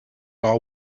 are